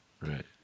right